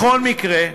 בכל מקרה,